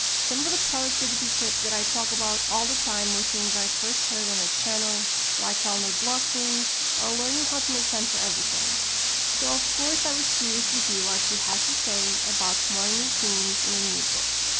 some of of the productivity tips that i talk about all the time were things i first heard on her channel like calendar blocking or learning how to make time for everything so of course i was curious to hear what she has to say about morning routines in her new book.